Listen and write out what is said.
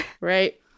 Right